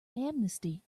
amnesty